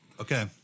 Okay